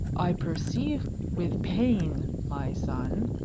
i perceive with pain, my son,